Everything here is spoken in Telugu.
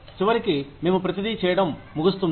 చివరికి మేము ప్రతిదీ చేయడం ముగుస్తుంది